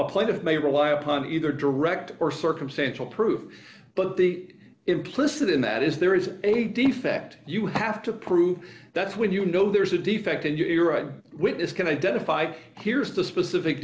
a plate of may rely upon either direct or circumstantial proof but the implicit in that is there is a defect you have to prove that's when you know there's a defect and you're right witness can identify here's the specific